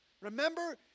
Remember